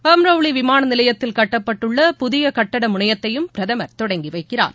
பம்ரவுளி விமான நிலையத்தில் கட்டப்பட்டுள்ள புதிய கட்டிட முனையத்தையும் பிரதமர் தொடங்கி வைக்கிறார்